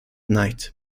night